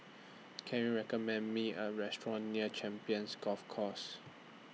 Can YOU recommend Me A Restaurant near Champions Golf Course